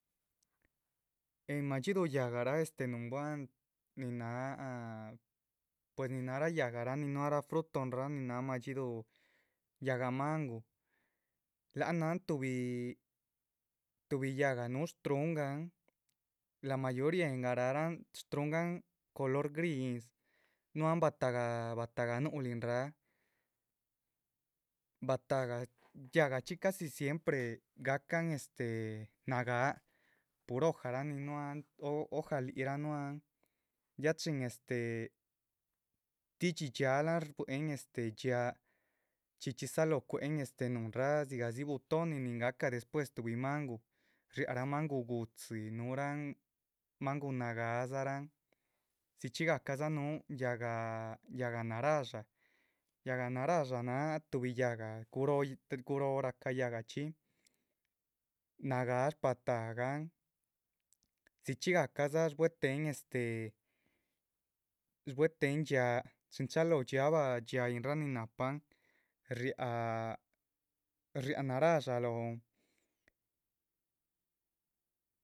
Eh madxíduhu yáhgarah este núhunnuah, pues ni náharah yáhgarah nin náhra frutonraa nin náha madxíduhu yáhga mangu, lac han náha tuhbi, tuhbi yáhga núhu. struhungahn, la mayoría en garáhran, shtruhungan color gris, nuhuan batahga batahga núhulin rah, batahga dxiahgachxí casi casi sienmpre gahcan este nagáhaa. pur hojara nin núhuhan, ojal yíc núhuan, ya chin este tidxi dxiáalag porque este dxiáa, chxí chxí dzalóho cuéhen núhunrah dzigah dzi butonin nin gahca despues. tuhbi mangu, riáhara mangu gu´dzi, núhuran mangu nagáa, dzichxí gahcadzanuh yahga, yahga narasha, yahga narasha náha tuh tuhbi yáhga guróho rahca yágachxi. nagáa shbatahgan, dzichxí gahcadza shbuéhetehen este shbuéhetehen dxiáa chin chalóho dxiábah dxiáayin nin nahpan riáha riáha narasha lóhon